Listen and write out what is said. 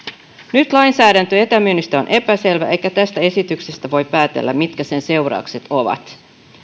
nyt lainsäädäntö etämyynnistä on epäselvä eikä tästä esityksestä voi päätellä mitkä sen seuraukset ovat